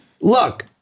look